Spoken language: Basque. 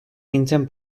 nintzen